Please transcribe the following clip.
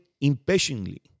impatiently